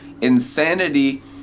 Insanity